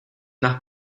nach